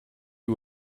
you